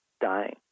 dying